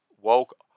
woke